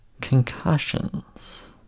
concussions